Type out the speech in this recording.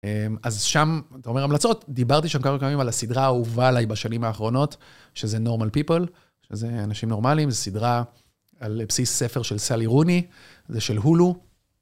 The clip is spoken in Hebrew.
אז שם, אתה אומר המלצות, דיברתי שם כמה פעמים על הסדרה האהובה עליי בשנים האחרונות, שזה Normal People, שזה אנשים נורמלים, סדרה על בסיס ספר של סאלי רוני, זה של הולו.